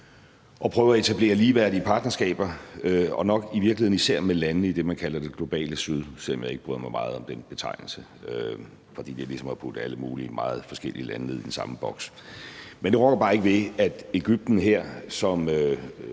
og prøve at etablere ligeværdige partnerskaber og nok i virkeligheden især med lande i det, man kalder det globale syd, selv om jeg ikke bryder mig meget om den betegnelse, for det er ligesom at putte alle mulige meget forskellige lande ned i den samme boks. Men det rokker bare ikke ved, at Egypten her som